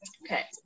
Okay